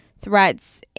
threats